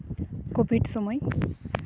covid ᱥᱚᱢᱚᱭ